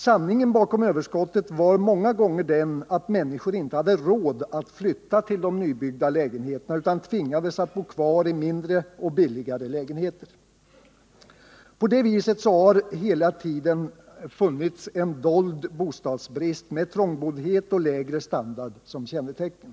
Sanningen bakom överskottet var många gånger den att människor inte hade råd att flytta till de nybyggda lägenheterna utan tvingades att bo kvar i mindre och billigare lägenheter. På detta vis har det hela tiden funnits en dold bostadsbrist med trångboddhet och lägre standard som kännetecken.